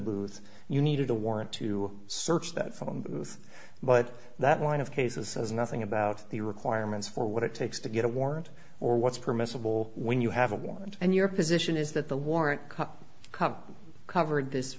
booth you needed a warrant to search that phone booth but that one of cases is nothing about the requirements for what it takes to get a warrant or what's permissible when you have a warrant and your position is that the warrant cook cover covered this